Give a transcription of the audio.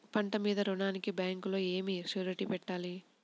పంట మీద రుణానికి బ్యాంకులో ఏమి షూరిటీ పెట్టాలి?